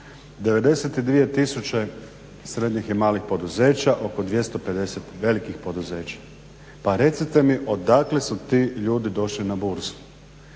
tisuće srednjih i malih poduzeća, oko 250 velikih poduzeća. Pa recite mi odakle su ti ljudi došli na burzu?